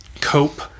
cope